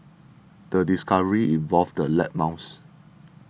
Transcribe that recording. the discovery involved the lab mouse